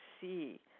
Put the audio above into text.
see